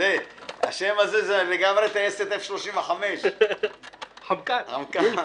השם הזה זה לגמרי טייסת F35. חמקן.